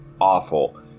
awful